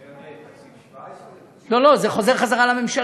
תקציב 2017, לא לא, זה חוזר לממשלה.